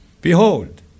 Behold